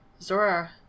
Zora